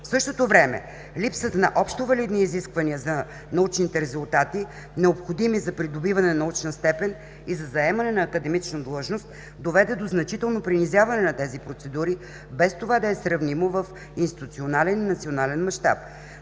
В същото време липсата на общовалидни изисквания за научните резултати, необходими за придобиване на научна степен и за заемане на академична длъжност, доведе до значително принизяване на тези процедури, без това да е сравнимо в институционален и национален мащаб.